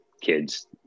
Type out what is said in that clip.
kids